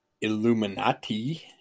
illuminati